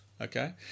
Okay